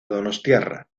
donostiarra